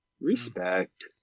respect